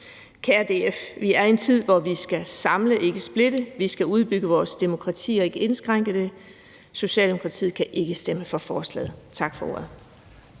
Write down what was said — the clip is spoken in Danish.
Kære DF: Vi er i en tid, hvor vi skal samle, ikke splitte. Vi skal udbygge vores demokrati, ikke indskrænke det. Socialdemokratiet kan ikke stemme for forslaget. Tak for ordet.